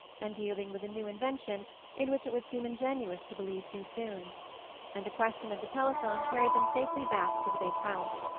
and dealing with a new invention in which it would seem ingenuous to believe too soon and the question of the telephone carried them safely back to the big house.